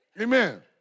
Amen